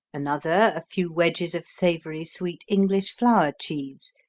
another a few wedges of savory sweet english flower cheese,